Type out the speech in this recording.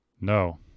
No